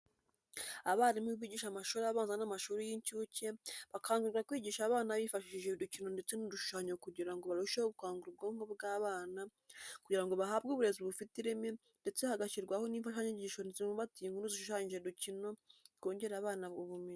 Abarimu bigisha amashuri abanza n'amashuri y'incuke bakangurirwa kwigisha abana bifashishije udukino ndetse n'udushushanyo kugira ngo barusheho gukangura ubwonko bw'abana kugira ngo bahabwe uburezi bufite ireme ndetse hagashyirwaho n'imfashanyigisho zibumbatiye inkuru zishushanyije n'udukino twongerera abana ubumenyi.